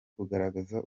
kugaragaza